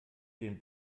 den